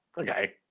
okay